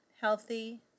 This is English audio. healthy